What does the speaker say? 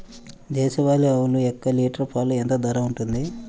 దేశవాలి ఆవులు ఒక్క లీటర్ పాలు ఎంత ధర ఉంటుంది?